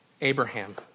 Abraham